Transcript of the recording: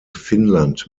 finnland